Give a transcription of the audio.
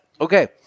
Okay